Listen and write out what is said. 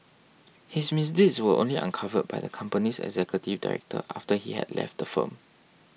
his misdeeds were only uncovered by the company's executive director after he had left firm